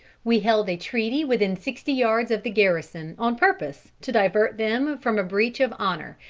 we held a treaty within sixty yards of the garrison on purpose to divert them from a breach of honor,